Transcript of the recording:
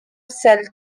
cell